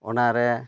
ᱚᱱᱟᱨᱮ